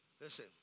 Listen